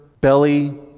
belly